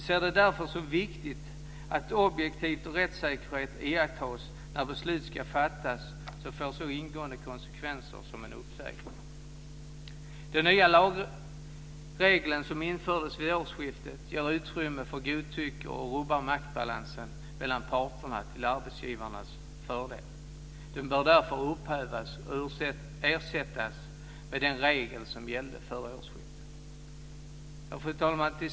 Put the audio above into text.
Vi ser det därför som viktigt att objektivitet och rättssäkerhet iakttas när beslut ska fattas som får så ingående konsekvenser som en uppsägning. Den nya lagregeln som infördes vid årsskiftet ger utrymme för godtycke och rubbar maktbalansen mellan parterna till arbetsgivarnas fördel. Den bör därför upphävas och ersättas med den regel som gällde före årsskiftet. Fru talman!